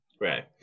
Right